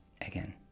again